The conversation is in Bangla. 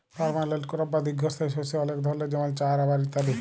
পার্মালেল্ট ক্রপ বা দীঘ্ঘস্থায়ী শস্য অলেক ধরলের যেমল চাঁ, রাবার ইত্যাদি